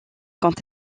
quant